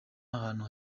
ahantu